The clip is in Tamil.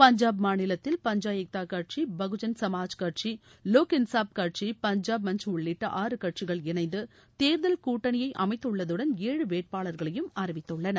பஞ்சாப் மாநிலத்தில் பஞ்சா ஏக்தா கட்சி பகுஜன் சமாஜ் கட்சி லோக் இன்சாஃப் கட்சி பஞ்சாப் மன்ச் உள்ளிட்ட ஆறு கட்சிகள் இணைந்து தேர்தல் கூட்டணியை அமைத்துள்ளதுடன் ஏழு வேட்பாளர்களையும் அறிவித்துள்ளன